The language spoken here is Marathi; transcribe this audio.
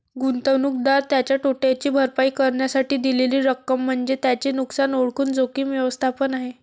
गुंतवणूकदार त्याच्या तोट्याची भरपाई करण्यासाठी दिलेली रक्कम म्हणजे त्याचे नुकसान ओळखून जोखीम व्यवस्थापन आहे